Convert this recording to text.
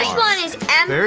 one is m